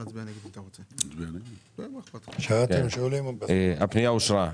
הצבעה אושר הפנייה אושרה.